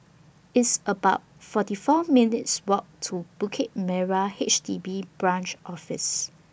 It's about forty four minutes' Walk to Bukit Merah H D B Branch Office